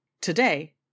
Today